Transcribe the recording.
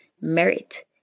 merit